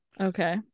Okay